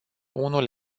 unul